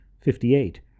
Fifty-eight